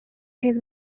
his